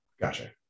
Gotcha